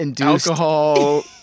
alcohol